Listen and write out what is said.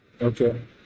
okay